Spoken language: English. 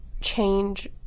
change